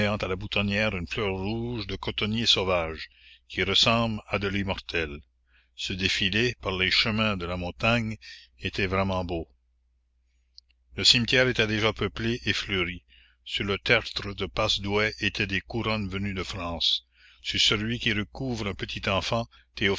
à la boutonnière une fleur rouge de cotonnier sauvage qui ressemble à de l'immortelle ce défilé par les chemins de la montagne était vraiment beau le cimetière était déjà peuplé et fleuri sur le tertre de passedouet étaient des couronnes venues de france sur celui qui recouvre un petit enfant